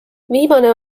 viimane